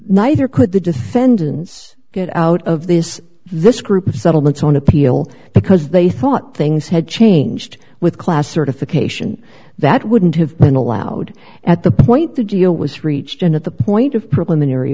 neither could the defendants get out of this this group of settlements on appeal because they thought things had changed with class certification that wouldn't have been allowed at the point the geo was reached and at the point of pr